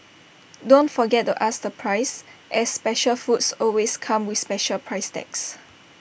don't forget to ask the price as special foods always come with special price tags